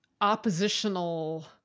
oppositional